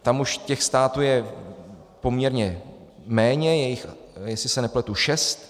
Tam už těch států je poměrně méně, je jich, jestli se nepletu, šest.